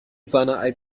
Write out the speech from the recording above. seine